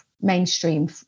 mainstream